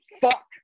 fuck